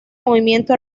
movimiento